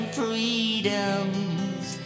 freedoms